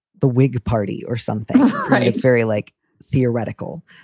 the whig party or something it's very like theoretical,